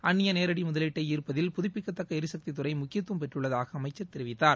அந்நிய நேரடி முதலீட்டை ஈன்ப்பதில் புதுப்பிக்கத்தக்க எரிகத்தி துறை முக்கியத்துவம் டெற்றுள்ளதாக அமைச்சர் தெரிவித்தார்